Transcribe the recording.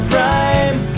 Prime